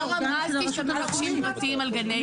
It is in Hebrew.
לא רמזתי שאתם מבקשים פרטים על גני ילדים.